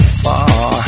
far